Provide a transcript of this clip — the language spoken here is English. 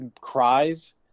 cries